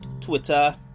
Twitter